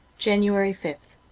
january fifth